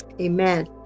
Amen